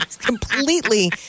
Completely